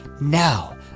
now